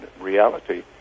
reality